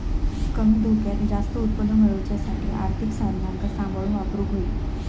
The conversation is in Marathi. कमी धोक्यात जास्त उत्पन्न मेळवच्यासाठी आर्थिक साधनांका सांभाळून वापरूक होई